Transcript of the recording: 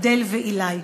אדל ועילאי,